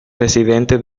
residente